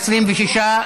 26,